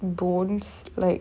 bones like